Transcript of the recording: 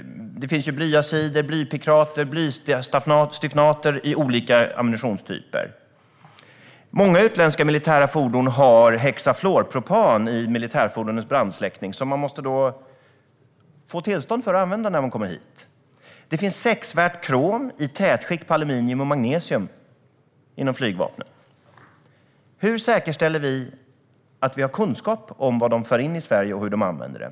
Det finns blyazid, blypikrat och blystyfnat i olika ammunitionstyper. Det finns sexvärt krom i tätskikt på aluminium och magnesium inom flygvapnen. Hur säkerställer vi att vi har kunskap om vad de för in i Sverige och hur de använder det?